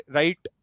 right